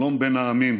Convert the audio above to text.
שלום בין העמים.